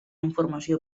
informació